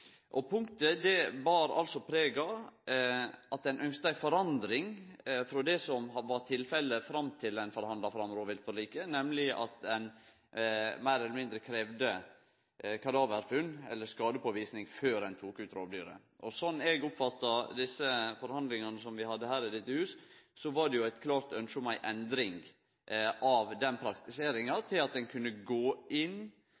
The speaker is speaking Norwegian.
Punktet bar preg av at ein ynskte ei endring av det som var tilfellet fram til ein forhandla fram rovviltforliket, nemleg at ein meir eller mindre kravde kadaverfunn eller skadepåvising før ein kunne ta ut rovdyret. Slik eg oppfatta desse forhandlingane som vi hadde i dette huset, var det eit klart ynskje om ei endring av den praktiseringa til at ein skal kunne gå inn